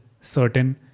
certain